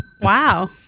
Wow